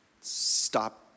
stop